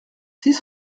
six